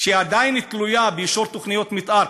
שעדיין תלויה באישור תוכניות מתאר,